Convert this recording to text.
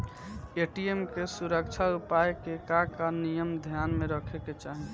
ATM के सुरक्षा उपाय के का का नियम ध्यान में रखे के चाहीं?